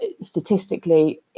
statistically